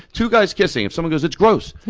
two guys kissing. if someone goes, it's gross,